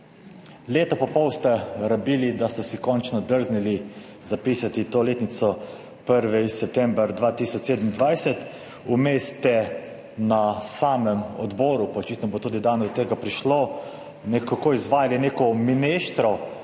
Leto in pol ste rabili, da ste si končno drznili zapisati to letnico 1. september 2027. Vmes ste na samem odboru, pa očitno bo tudi danes do tega prišlo, nekako izvajali neko mineštro